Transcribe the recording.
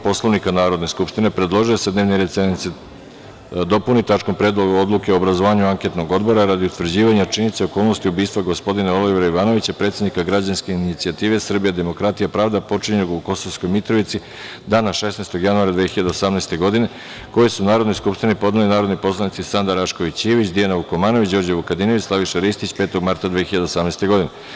Poslovnika Narodne skupštine, predložio je da se dnevni red sednice dopuni tačkom – Predlog odluke o obrazovanju anketnog odbora radi utvrđivanja činjenica i okolnosti ubistva gospodina Olivera Ivanovića, predsednika Građanske inicijative „Srbija, demokratija, pravda“ počinjenog u Kosovskoj Mitrovici dana 16. januara 2018. godine, koji su Narodnoj skupštini podneli narodni poslanici Sanda Rašković Ivić, Dijana Vukomanović, Đorđe Vukadinović i Slaviša Ristić 5. marta 2018. godine.